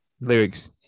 lyrics